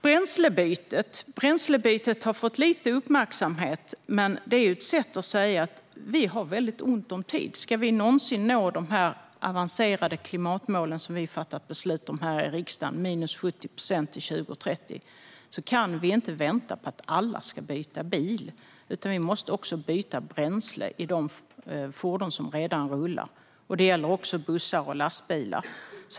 Bränslebytet har fått ganska lite uppmärksamhet, men det är ett sätt att säga att vi har väldigt ont om tid. Ska vi någonsin nå de avancerade klimatmål som vi har fattat beslut om här i riksdagen på minus 70 procent till 2030 kan vi inte vänta på att alla ska byta bil, utan vi måste också byta bränsle i de fordon som redan rullar. Det gäller också bussar och lastbilar.